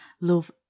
love